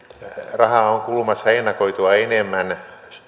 rahaa on kulumassa ennakoitua enemmän